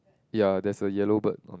ya there's a yellow bird